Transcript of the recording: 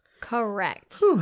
Correct